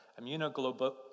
Immunoglobulin